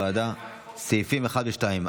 סעיפים 1 ו-2,